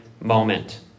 moment